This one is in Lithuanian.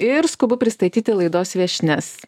ir skubu pristatyti laidos viešnias